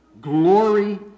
glory